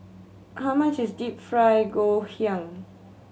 how much is Deep Fried Ngoh Hiang